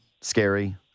scary